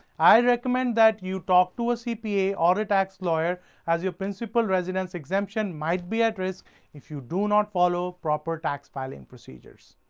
i recommend that you talk to a cpa or a tax lawyer as your principal residence exemption might be at risk if you don't ah follow proper tax filing procedures.